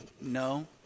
No